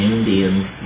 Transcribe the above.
Indians